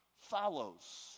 follows